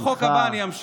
בחוק הבא אני אמשיך.